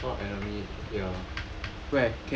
uh I saw enemy here